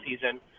season